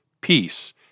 peace